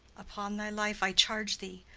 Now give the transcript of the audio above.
upon thy life i charge thee,